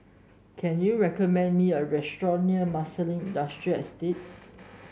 can you recommend me a restaurant near Marsiling Industrial Estate